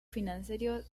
financiero